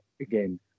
again